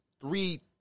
three